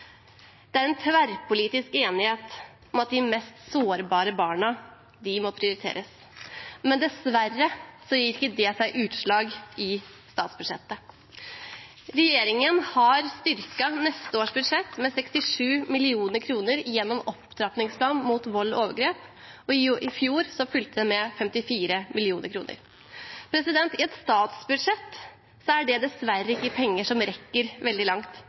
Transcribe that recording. Det er en tverrpolitisk enighet om at de mest sårbare barna må prioriteres, men dessverre gir ikke det seg utslag i statsbudsjettet. Regjeringen har styrket neste års budsjett med 67 mill. kr gjennom opptrappingsplanen mot vold og overgrep, og i fjor fulgte det med 54 mill. kr. I et statsbudsjett er det dessverre ikke penger som rekker veldig langt.